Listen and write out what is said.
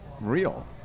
real